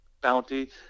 bounty